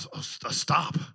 stop